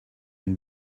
been